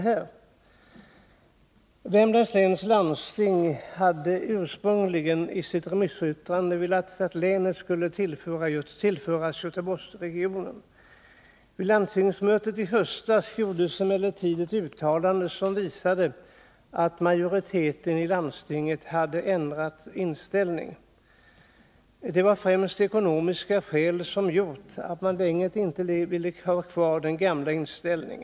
Värmlands läns landsting önskade i sitt remissyttrande att länet skulle tillföras Göteborgsregionen. Vid landstingsmötet i höstas gjordes emellertid ett uttalande som visade att majoriteten i landstinget hade ändrat inställning, främst av ekonomiska skäl.